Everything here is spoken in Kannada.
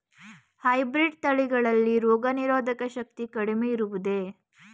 ಹೈಬ್ರೀಡ್ ತಳಿಗಳಲ್ಲಿ ರೋಗನಿರೋಧಕ ಶಕ್ತಿ ಕಡಿಮೆ ಇರುವುದೇ?